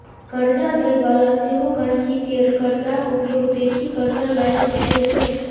करजा दय बला सेहो गांहिकी केर करजाक उपयोग देखि करजा लायक बुझय छै